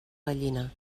gallina